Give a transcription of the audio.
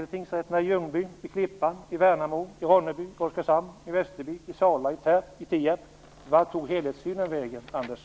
Är det tingsrätterna i Ljungby, Klippan, Värnamo, Ronneby, Oskarshamn, Västervik, Sala eller Tierp? Var tog helhetsbilden vägen, Anders